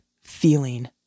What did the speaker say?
feeling